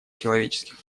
человеческих